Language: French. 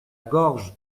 gorge